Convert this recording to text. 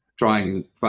trying